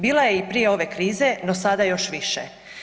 Bila je i prije ove krize, no sada još više.